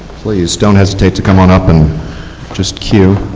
please don't hesitate to come on up and just q.